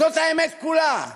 זאת האמת כולה.